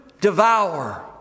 devour